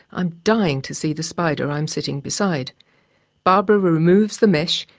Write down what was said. i'm dying to see the spider i'm sitting beside barbara removes the mesh,